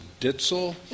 ditzel